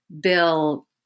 Bill